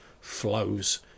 flows